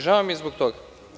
Žao mi je zbog toga.